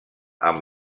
amb